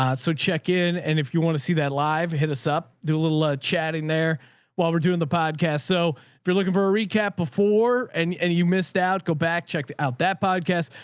ah so check in and if you want to see that live, hit us up, do a little ah chatting there while we're doing the podcast. so if you're looking for a recap before and and you missed out, go back, check out that podcast.